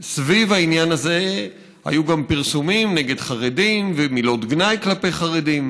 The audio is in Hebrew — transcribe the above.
שסביב העניין הזה היו גם פרסומים נגד חרדים ומילות גנאי כלפי חרדים.